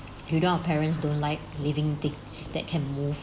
you know our parents don't like living things that can move